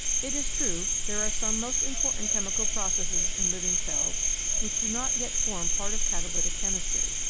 it is true, there are some most important chemi cal processes in living cells which do not yet form part of catalytic chemistry.